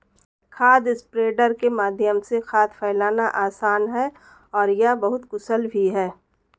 खाद स्प्रेडर के माध्यम से खाद फैलाना आसान है और यह बहुत कुशल भी है